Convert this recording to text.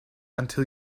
until